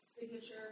signature